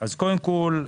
קודם כול,